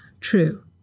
true